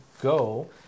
Go